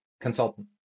consultant